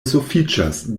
sufiĉas